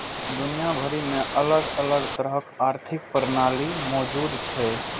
दुनिया भरि मे अलग अलग तरहक आर्थिक प्रणाली मौजूद छै